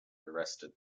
arrested